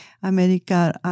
América